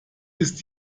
ist